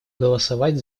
голосовать